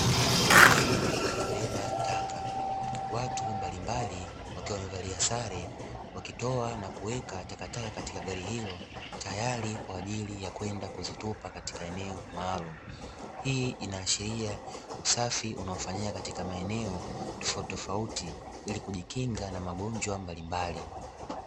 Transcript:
Gari la kubeba taka. Watu mbalimbali wakiwa wamevalia sare wakitoa na kuweka takataka katika gari hilo, tayari kwenda kuzitupa katika eneo maalumu. Hii inaashiria usafi unaofanyika katika maeneo tofautitofauti, ili kujikinga na magonjwa mbalimbali.